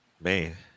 man